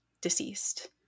deceased